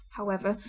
however,